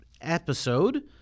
episode